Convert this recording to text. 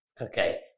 okay